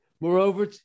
Moreover